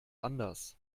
anders